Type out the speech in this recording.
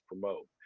promote